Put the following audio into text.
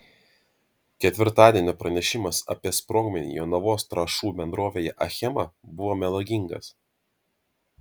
ketvirtadienio pranešimas apie sprogmenį jonavos trąšų bendrovėje achema buvo melagingas